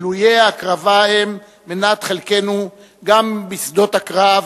גילויי ההקרבה הם מנת חלקנו גם בשדות הקרב,